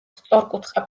სწორკუთხა